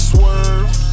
Swerve